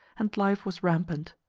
and life was rampant.